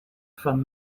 van